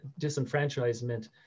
disenfranchisement